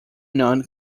known